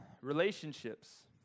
Relationships